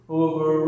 over